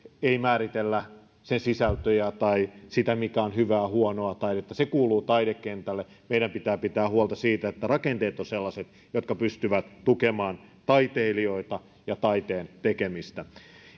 ei määritellä sen sisältöjä tai sitä mikä on hyvää tai huonoa taidetta se kuuluu taidekentälle meidän pitää pitää huolta siitä että rakenteet ovat sellaiset jotka pystyvät tukemaan taiteilijoita ja taiteen tekemistä